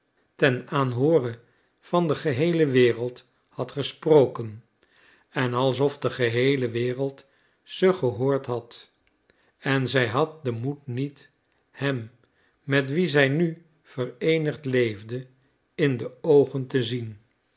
ten aanhoore van de geheele wereld had gesproken en alsof de geheele wereld ze gehoord had en zij had den moed niet hem met wien zij nu vereenigd leefde in de oogen te zien